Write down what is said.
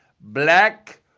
black